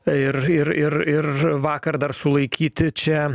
ir ir ir ir vakar dar sulaikyti čia